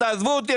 תעזבו אותי,